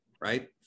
right